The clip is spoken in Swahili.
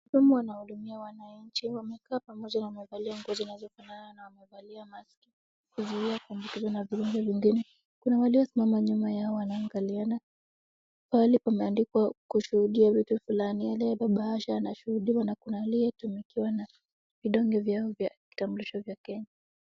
Wahudumu wanahudumia wananchi. Wamekaa pamoja na wamevalia nguo zinazofanana na wamevalia maski kuzuia kuambukizwa na vilenge vingine. Kuna waliosimama nyuma yao wanaangaliana. Mahali pameandikwa kushuhudia vitu fulani. Aliyebeba bahasha anashuhudiwa na kuna aliyetumikiwa na vidonge vyao vya vitambulisho vya Kenya.